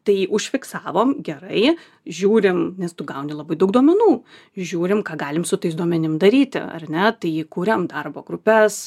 tai užfiksavom gerai žiūrim nes tu gauni labai daug duomenų žiūrim ką galim su tais duomenim daryti ar ne tai kuriam darbo grupes